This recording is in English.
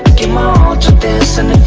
ah to this, and